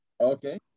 Okay